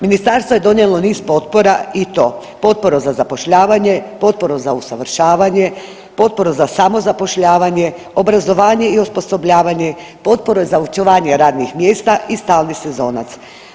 Ministarstvo je donijelo niz potpora i to: potporu za zapošljavanje, potporu za usavršavanje, potporu za samozapošljavanje, obrazovanje i osposobljavanje, potporu za očuvanje radnih mjesta i stalni sezonac.